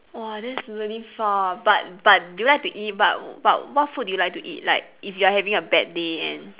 !wah! that's really far but but do you like to eat but but what food do you like to eat like if you are having a bad day and